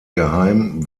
geheim